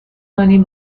کنیم